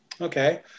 Okay